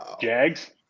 Jags